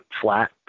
flat